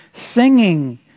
singing